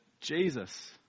Jesus